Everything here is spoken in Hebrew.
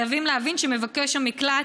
חייבים להבין שמבקש המקלט,